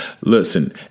listen